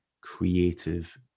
creative